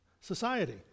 society